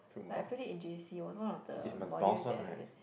like I put it in J_C was one of the modules that I have that